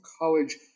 College